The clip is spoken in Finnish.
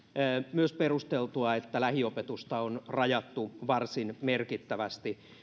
myös perusteltua että lähiopetusta on rajattu varsin merkittävästi